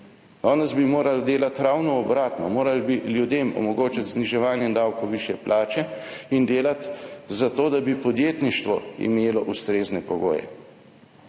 Danes bi morali delati ravno obratno, morali bi ljudem omogočiti zniževanje davkov, višje plače, in delati za to, da bi podjetništvo imelo ustrezne pogoje.